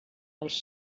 els